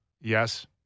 Yes